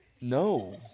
no